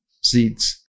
seeds